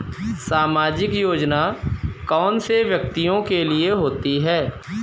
सामाजिक योजना कौन से व्यक्तियों के लिए होती है?